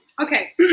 Okay